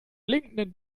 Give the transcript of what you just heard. blinkenden